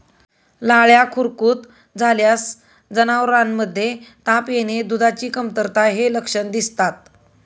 लाळ्या खुरकूत झाल्यास जनावरांमध्ये ताप येणे, दुधाची कमतरता हे लक्षण दिसतात